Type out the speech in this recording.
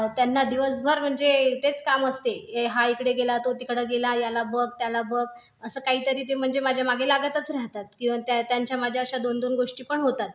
त्यांना दिवसभर म्हणजे तेच काम असते हा इकडे गेला तो तिकडं गेला याला बघ त्याला बघ असं काहीतरी ते म्हणजे माझ्या मागे लागतच राहातात किंवा त्यांच्या माझ्या अशा दोन दोन गोष्टी पण होतात